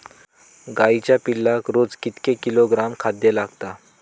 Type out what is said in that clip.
गाईच्या पिल्लाक रोज कितके किलोग्रॅम खाद्य लागता?